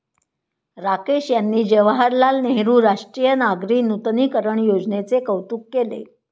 राकेश यांनी जवाहरलाल नेहरू राष्ट्रीय नागरी नूतनीकरण योजनेचे कौतुक केले